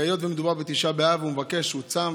והיות שמדובר בתשעה באב והוא צם,